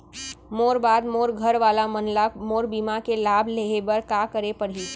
मोर बाद मोर घर वाला मन ला मोर बीमा के लाभ लेहे बर का करे पड़ही?